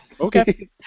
Okay